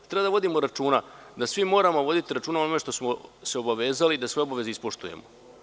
Treba da vodimo računa da svi moramo voditi računa o onome što smo se obavezali da sve obaveze ispoštujemo.